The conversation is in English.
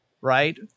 right